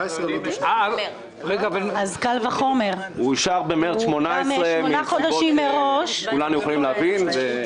הוא אושר במרץ 2018 בנסיבות שכולנו יכולים להבין.